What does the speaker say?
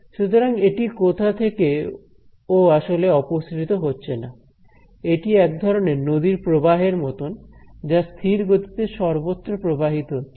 সুতরাং এটি কোথা থেকে ও আসলে অপসৃত হচ্ছে না এটি এক ধরনের নদীর প্রবাহের মতন যা স্থির গতিতে সর্বত্র প্রবাহিত হচ্ছে